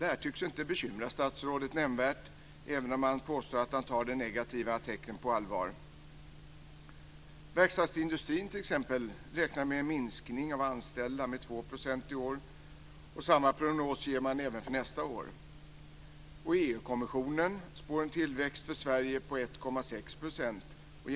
Det här tycks inte bekymra statsrådet nämnvärt, även om han påstår att han tar de negativa tecknen på allvar. Verkstadsindustrin, t.ex., räknar med en minskning av antalet anställda med 2 % i år. Samma prognos gäller även för nästa år. EU-kommissionen spår en tillväxt för Sverige på 1,6 %.